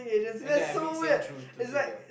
and then I meet Sein through through Tinder